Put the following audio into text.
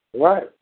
Right